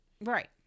Right